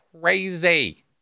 crazy